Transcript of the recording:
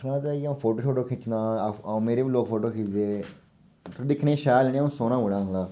तां जैदा इ'यां अ'ऊं बी फोटो खिच्चना अ'ऊं ए मेरे बी लोक फोटो खिचदे दिक्खने गी शैल आं अ'ऊं सोह्ना मुड़ा आं बड़ा